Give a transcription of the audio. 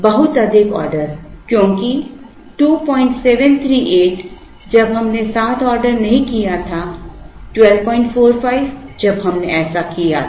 बहुत अधिक ऑर्डर क्योंकि 2738 जब हमने साथ आर्डर नहीं किया था 1245 जब हमने ऐसा किया था